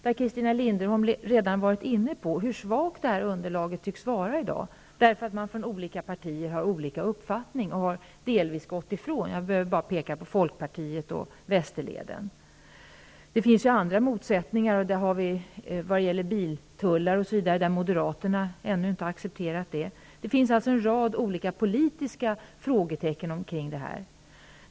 Christina Linderholm har redan varit inne på hur svagt detta underlag tycks vara i dag, därför att man från olika partier har olika uppfattning och delvis gått ifrån den. Jag behöver bara peka på Folkpartiet och Västerleden. Det finns även andra motsättningar t.ex. när det gäller biltullar, som Moderaterna ännu inte har accepterat. Det finns alltså en rad olika politiska frågetecken kring detta.